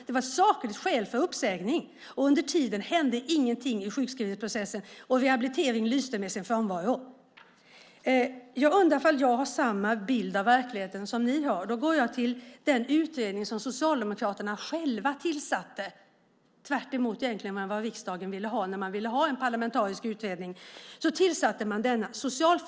Det var ett sakligt skäl för uppsägning. Under tiden hände ingenting i sjukskrivningsprocessen. Rehabiliteringen lyste med sin frånvaro. Jag undrar ifall jag har samma bild av verkligheten som ni har. Då går jag till den utredning som Socialdemokraterna själva tillsatte, egentligen tvärtemot vad riksdagen ville ha när man ville ha en parlamentarisk utredning. Då tillsatte man denna.